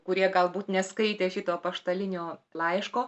kurie galbūt neskaitė šito apaštalinio laiško